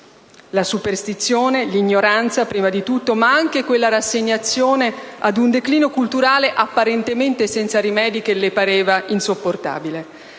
la superstizione e l'ignoranza prima di tutto, ma anche la rassegnazione ad un declino culturale apparentemente senza rimedi che le pareva insopportabile.